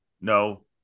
no